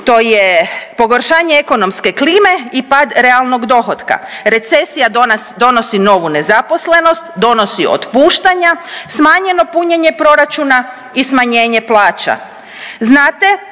to je pogoršanje ekonomske klime i pad realnog dohotka. Recesija donosi novu nezaposlenost, donosi otpuštanja, smanjeno punjenje proračuna i smanjenje plaća.